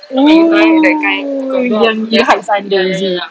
oo yang it hides under jer